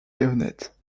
honnête